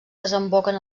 desemboquen